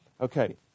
Okay